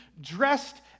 dressed